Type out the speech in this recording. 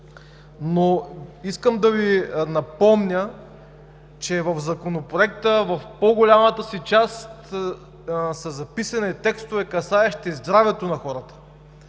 Но искам да Ви напомня, че в Законопроекта, в по-голямата част, са записани текстове, касаещи здравето на хората,